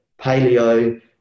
paleo